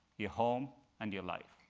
your home, and your life.